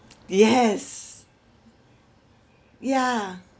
yes yeah